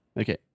Okay